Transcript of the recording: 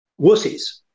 wussies